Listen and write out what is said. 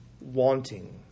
wanting